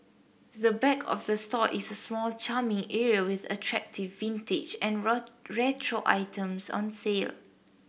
the back of the store is a small charming area with attractive vintage and retro items on sale